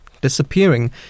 disappearing